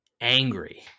angry